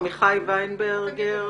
עמיחי וויינברגר,